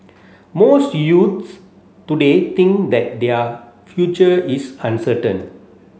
most youths today think that their future is uncertain